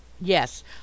Yes